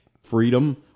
freedom